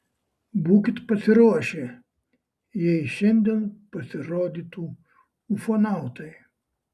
būkit pasiruošę jei šiandien pasirodytų ufonautai